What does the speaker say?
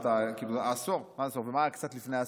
מה היה קצת לפני עשור?